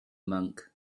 monk